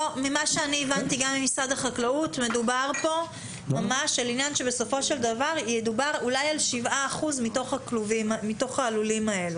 ממה שהבנתי גם ממשרד החקלאות מדובר אולי על 7% מתוך הלולים האלה.